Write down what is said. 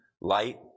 light